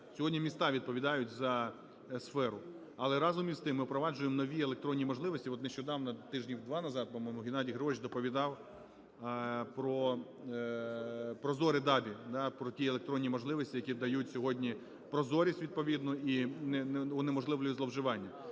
Сьогодні міста відповідають за сферу. Але, разом з тим, ми впроваджуємо нові електронні можливості. От нещодавно, тижнів два назад, по-моєму, Геннадій Григорович доповідав про "Прозорі ДАБІ".Да, про ті електронні можливості, які дають сьогодні прозорість відповідну і унеможливлюють зловживання.